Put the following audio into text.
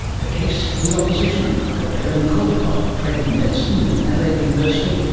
the case for the opposition. dr helen caldicott, trained in medicine in adelaide university,